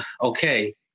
okay